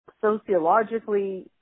sociologically